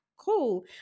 cool